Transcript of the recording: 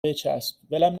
بچسب، ولم